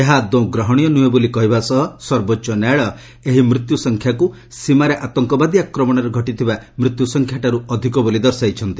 ଏହା ଆଦୌ ଗ୍ରହଣୀୟ ନୁହେଁ ବୋଲି କହିବା ସହ ସର୍ବୋଚ୍ଚ ନ୍ୟାୟାଳୟ ଏହି ମୃତ୍ୟୁ ସଂଖ୍ୟାକୁ ସୀମାରେ ଆତଙ୍କବାଦୀ ଆକ୍ରମଣରେ ଘଟିଥିବା ମୃତ୍ୟୁ ସଂଖ୍ୟାଠାରୁ ଅଧିକ ବୋଲି ଦର୍ଶାଇଛନ୍ତି